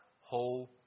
whole